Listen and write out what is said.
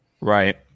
Right